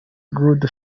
good